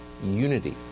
unity